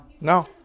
No